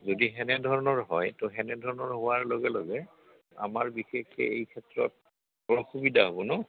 যদি তেনেধৰণৰ হয় তো তেনেধৰণৰ হোৱাৰ লগে লগে আমাৰ বিশেষকৈ এই ক্ষেত্ৰত বৰ অসুবিধা হ'ব ন